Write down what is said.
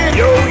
yo